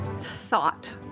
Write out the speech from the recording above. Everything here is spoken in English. thought